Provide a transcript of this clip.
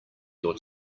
your